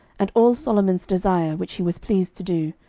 and all solomon's desire which he was pleased to do,